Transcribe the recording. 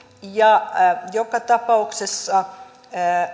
joka tapauksessa